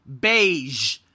beige